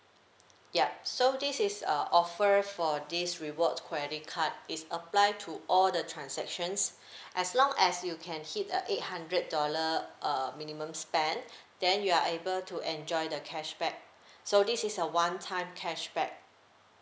yup so this is a offer for this rewards credit card is apply to all the transactions as long as you can hit a eight hundred dollar uh minimum spend then you are able to enjoy the cashback so this is a one time cashback